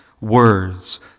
words